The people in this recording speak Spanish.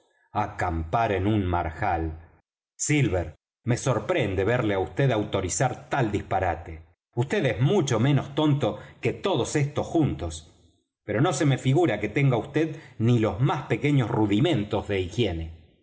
acampar en un marjal silver me sorprende verle á vd autorizar tal disparate vd es mucho menos tonto que todos estos juntos pero no se me figura que tenga vd ni los más pequeños rudimentos de higiene